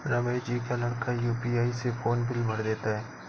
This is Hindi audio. रमेश जी का लड़का यू.पी.आई से फोन बिल भर देता है